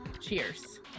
cheers